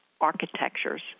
architectures